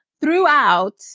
throughout